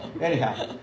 Anyhow